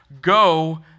Go